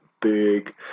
big